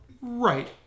Right